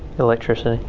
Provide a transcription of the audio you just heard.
electricity.